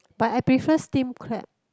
but I prefer steam crab